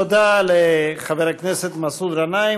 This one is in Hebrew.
תודה לחבר הכנסת מסעוד גנאים.